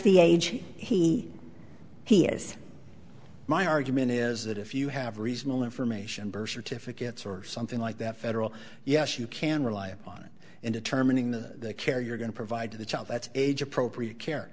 the age he he is my argument is that if you have reasonable information birth certificates or something like that federal yes you can rely upon in determining the care you're going to provide to the child that's age appropriate care